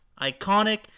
iconic